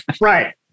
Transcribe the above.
right